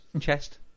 chest